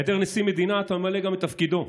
בהיעדר נשיא מדינה אתה ממלא גם את תפקידו.